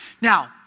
Now